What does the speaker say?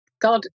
God